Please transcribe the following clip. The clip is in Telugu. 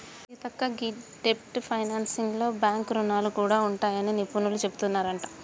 సీతక్క గీ డెబ్ట్ ఫైనాన్సింగ్ లో బాంక్ రుణాలు గూడా ఉంటాయని నిపుణులు సెబుతున్నారంట